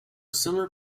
similar